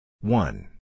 One